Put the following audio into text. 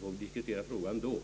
får vi diskutera frågan då.